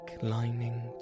lining